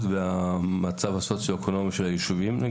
והמצב הסוציו-אקונומי של היישובים?